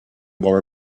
wore